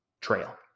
trail